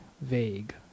vague